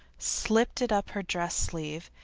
slipped it up her dress sleeve,